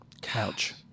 Couch